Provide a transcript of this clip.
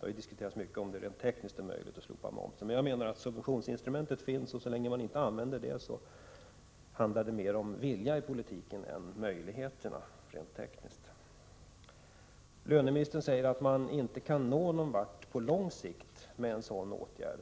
Det har diskuterats mycket om det rent tekniskt är möjligt att slopa momsen. Men jag menar att subventionsinstrumentet finns, och så länge man inte använder det handlar det mer om vilja i politiken än om möjligheterna rent tekniskt. Löneministern säger att man inte kan nå någon vart på lång sikt med en sådan åtgärd.